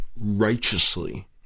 righteously